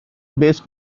best